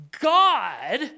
God